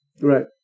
Right